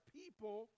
people